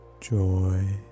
joy